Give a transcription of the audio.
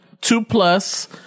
two-plus